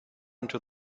into